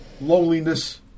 Loneliness